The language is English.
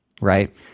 right